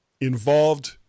involved